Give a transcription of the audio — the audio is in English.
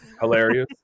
Hilarious